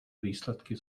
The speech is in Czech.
výsledky